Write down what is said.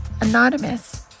Anonymous